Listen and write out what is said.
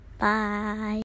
bye